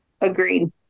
Agreed